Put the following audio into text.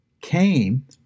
came